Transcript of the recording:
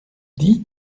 dit